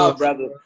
brother